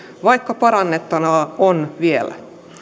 vaikka parannettavaa on vielä